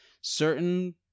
certain